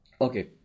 okay